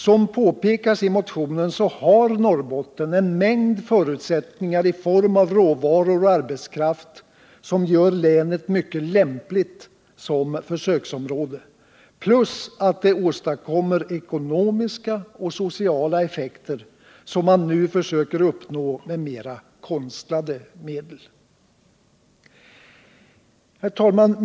Som påpekas i motionen har Norrbotten en mängd förutsättningar i form av råvaror och arbetskraft, som gör länet mycket lämpligt som försöksområde, plus att åtgärden skulle få ekonomiska och sociala effekter som man nu försöker uppnå med mera konstlade medel. Herr talman!